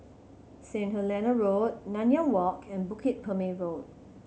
St Helena Road Nanyang Walk and Bukit Purmei Road